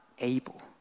able